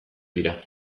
dira